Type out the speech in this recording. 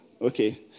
Okay